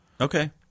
Okay